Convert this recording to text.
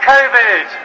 Covid